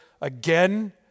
again